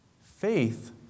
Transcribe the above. Faith